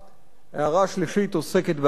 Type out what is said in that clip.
ההערה השלישית עוסקת בהסכמה,